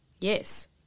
Yes